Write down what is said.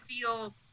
feel